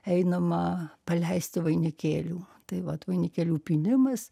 einama paleisti vainikėlių tai vat vainikėlių pynimas